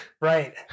Right